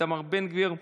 איתמר בן גביר,